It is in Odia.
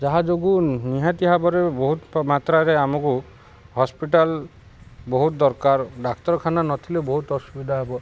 ଯାହା ଯୋଗୁଁ ନିହାତି ଭାବରେ ବହୁତ ମାତ୍ରାରେ ଆମକୁ ହସ୍ପିଟାଲ୍ ବହୁତ ଦରକାର ଡ଼ାକ୍ତରଖାନା ନଥିଲେ ବହୁତ ଅସୁବିଧା ହେବ